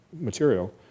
material